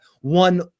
one